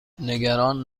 نگران